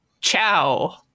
Ciao